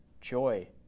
joy